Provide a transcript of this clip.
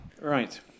Right